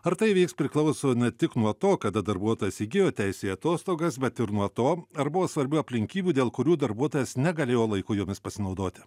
ar tai įvyks priklauso ne tik nuo to kada darbuotojas įgijo teisę į atostogas bet ir nuo to ar buvo svarbių aplinkybių dėl kurių darbuotojas negalėjo laiku jomis pasinaudoti